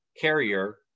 carrier